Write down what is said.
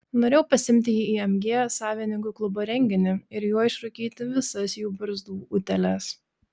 norėjau pasiimti jį į mg savininkų klubo renginį ir juo išrūkyti visas jų barzdų utėles